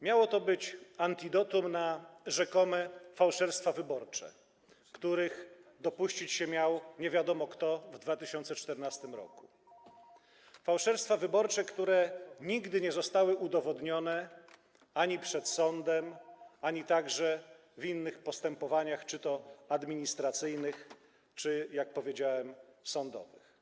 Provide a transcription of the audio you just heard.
Miało to być antidotum na rzekome fałszerstwa wyborcze, których dopuścić się miał nie wiadomo kto w 2014 r., fałszerstwa wyborcze, które nigdy nie zostały udowodnione ani przed sądem, ani w innych postępowaniach, czy to administracyjnych, czy - jak powiedziałem - sądowych.